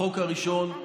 החוק הראשון,